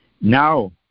Now